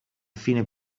fine